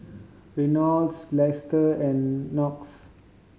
Reynolds Lester and Knox